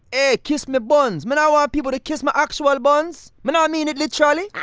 ey, kiss me buns! me not want people to kiss my actual buns. me not mean it literally.